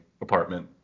apartment